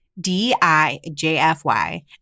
d-i-j-f-y